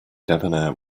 debonair